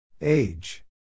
Age